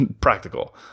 practical